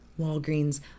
Walgreens